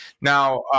Now